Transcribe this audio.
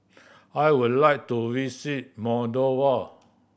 I would like to visit Moldova